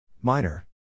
Minor